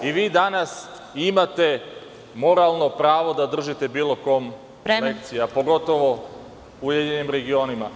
I vi danas imate moralno pravo da držite bilo kom lekcije.. (Predsedavajuća: Vreme.) …a pogotovo Ujedinjenim regionima.